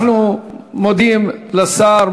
ואנחנו מודים לשר,